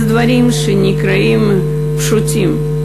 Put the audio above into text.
אלו דברים שנקראים "פשוטים",